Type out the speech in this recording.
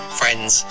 friends